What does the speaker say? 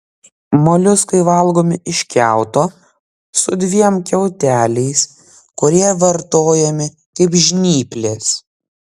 moliuskai valgomi iš kiauto su dviem kiauteliais kurie vartojami kaip žnyplės